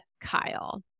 Kyle